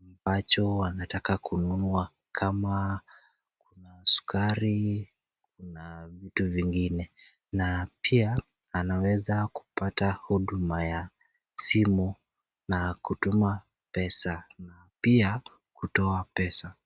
ambacho anataka kununua kama sukari na vitu vingine na pia anaweza kupata huduma ya simu na kutuma pesa pia kutoa pesa.